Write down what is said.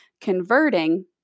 converting